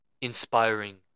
inspiring